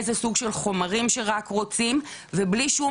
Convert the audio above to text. איזה סוג של חומרים שרק רוצים ובלי שום